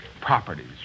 properties